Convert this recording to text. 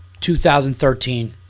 2013